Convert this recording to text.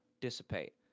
dissipate